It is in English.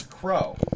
Crow